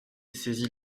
saisit